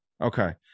Okay